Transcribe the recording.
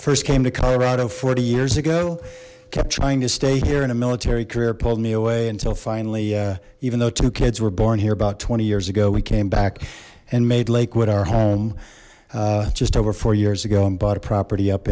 first came to colorado forty years ago kept trying to stay here in a military career pulled me away until finally even though two kids were born here about twenty years ago we came back and made lakewood our home just over four years ago and bought a property up